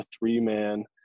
three-man